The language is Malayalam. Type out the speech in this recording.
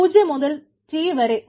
0 മുതൽ T വരെ